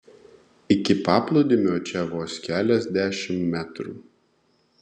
iki paplūdimio čia vos keliasdešimt metrų